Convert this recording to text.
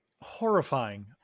horrifying